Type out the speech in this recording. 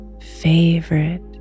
favorite